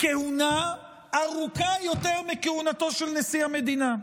כהונה ארוכה יותר מכהונתו של נשיא המדינה.